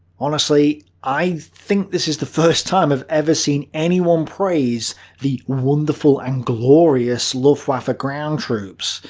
honestly, i think this is the first time i've ever seen anyone praise the wonderful and glorious luftwaffe ground troops.